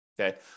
Okay